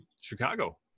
Chicago